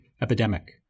Epidemic